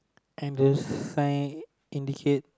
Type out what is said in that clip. and the sign indicate